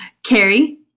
Carrie